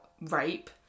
rape